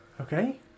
Okay